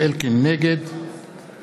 נגד